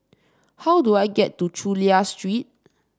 how do I get to Chulia Street